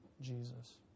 Jesus